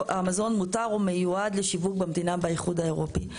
או מיועד לשיווק במדינה באיחוד האירופי.